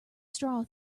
straw